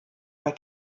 bei